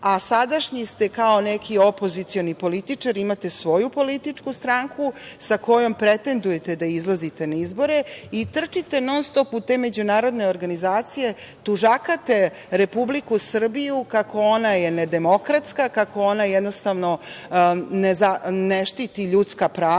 a sadašnji ste kao neki opozicioni političar i imate svoju političku stranku sa kojom pretendujete da izlazite na izbore i trčite non-stop u te međunarodne organizacije, tužakate Republiku Srbiju kako je ona nedemokratska, kako ona jednostavno ne štititi ljudska prava?